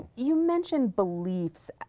you mentioned beliefs.